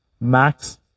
Max